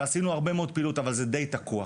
ועשינו הרבה מאוד פעילות, אבל זה די תקוע.